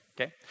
Okay